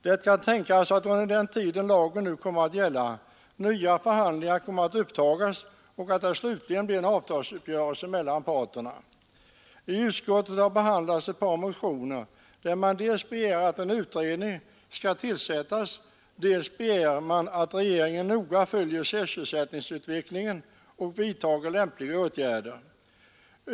Det kan tänkas att under den tid lagen nu kommer att gälla nya förhandlingar kommer att upptagas och att det slutligen blir en avtalsuppgörelse mellan parterna. I utskottet har behandlats ett par motioner där man begär dels att en utredning skall tillsättas, dels att regeringen noga följer sysselsättningsutvecklingen och vidtager lämpliga åtgärder.